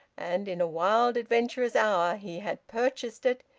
and in a wild, adventurous hour he had purchased it,